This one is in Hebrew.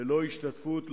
ללא השתתפות,